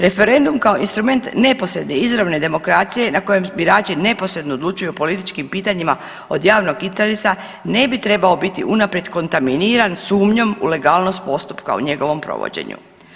Referendum kao instrument neposredne, izravne demokracije na kojem birači neposredno odlučuju o političkim pitanjima od javnog interesa ne bi trebao unaprijed kontaminiran sumnjom u legalnost postupka u njegovom provođenju.